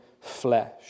flesh